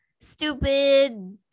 stupid